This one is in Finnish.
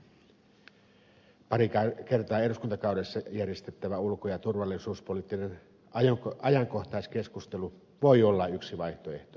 pari kertaa eduskuntakaudessa järjestettävä ulko ja turvallisuuspoliittinen ajankohtaiskeskustelu voi olla yksi vaihtoehto selonteolle